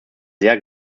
sehr